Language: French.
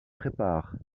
prépare